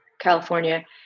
California